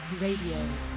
Radio